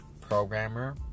Programmer